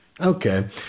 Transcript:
Okay